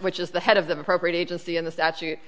which is the head of the appropriate agency in the statute